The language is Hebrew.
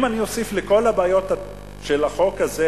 אם אני אוסיף לכל הבעיות של החוק הזה